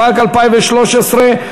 התשע"ג 2013,